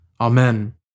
Amen